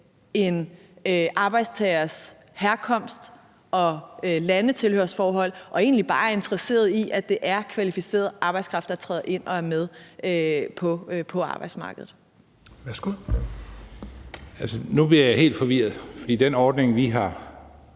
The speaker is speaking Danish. en arbejdstagers herkomst og nationale tilhørsforhold og egentlig bare er interesserede i, at det er kvalificeret arbejdskraft, der træder ind og er med på arbejdsmarkedet? Kl. 11:54 Fjerde næstformand (Rasmus Helveg